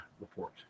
report